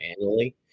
annually